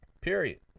period